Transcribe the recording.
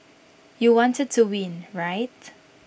you wanted to win right